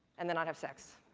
and then not have sex.